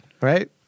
right